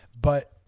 But-